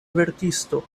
verkisto